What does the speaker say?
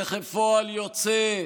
וכפועל יוצא,